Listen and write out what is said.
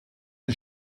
ein